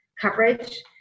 coverage